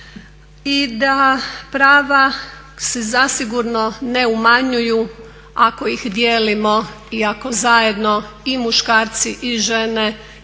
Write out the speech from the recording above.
i da prava se zasigurno ne umanjuju ako ih dijelimo i ako zajedno i muškarci i žene kreiraju